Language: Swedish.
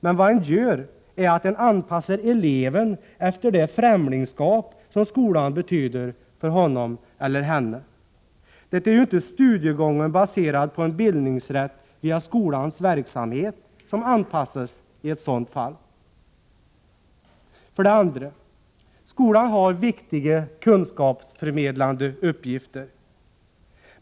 Men vad man gör är att man anpassar eleven efter det främlingskap som skolan betyder för honom eller henne. Det är ju inte studiegången baserad på en bildningsrätt via skolans verksamhet som anpassas i ett sådant fall. För det andra: Skolan har viktiga kunskapsförmedlande uppgifter.